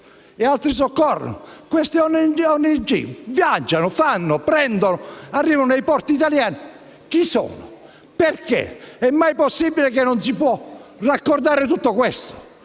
altri soccorrono: queste ONG viaggiano, fanno, prendono e arrivano nei porti italiani. Chi sono? Perché? È mai possibile che non si possa raccordare tutto questo?